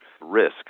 risk